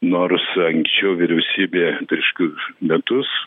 nors anksčiau vyriausybė prieš kokius metus